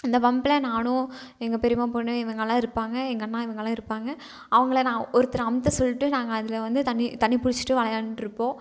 அந்த பம்ப்ல நானும் எங்கள் பெரியம்மா பொண்ணு இவங்கல்லாம் இருப்பாங்க எங்கண்ணா இவங்கலெல்லாம் இருப்பாங்க அவங்கள நான் ஒருத்தர் அழுத்த சொல்லிட்டு நாங்கள் அதில் வந்து தண்ணி தண்ணி பிடிச்சிட்டு விளையாண்ட்ருப்போம்